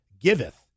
giveth